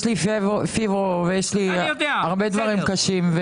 יש לי הרבה דברים קשים.